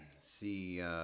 see